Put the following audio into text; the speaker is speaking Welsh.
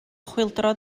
chwyldro